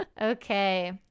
Okay